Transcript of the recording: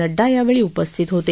नङ्डा यावेळी उपस्थित होते